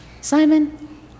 Simon